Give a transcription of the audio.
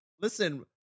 listen